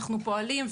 אנחנו פועלים,